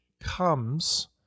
comes